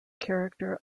character